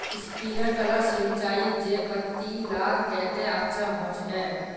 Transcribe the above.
Sprinkler सिंचाई चयपत्ति लार केते अच्छा होचए?